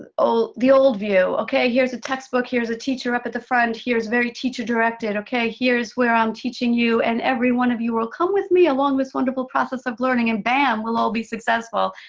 the old the old view, okay here is a textbook, here is a teacher up at the front, here is very teacher-directed, okay, here is where i'm teaching you and everyone of you will come with me along this wonderful process of learning, and bam! we'll all be successful.